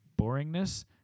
boringness